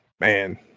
man